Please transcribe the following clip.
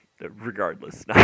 regardless